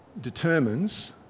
determines